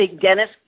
Dennis